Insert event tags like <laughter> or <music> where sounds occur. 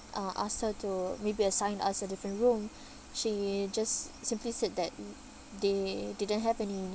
uh asked her to maybe assign us a different room <breath> she just simply said that <noise> they didn't have any